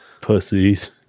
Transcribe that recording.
Pussies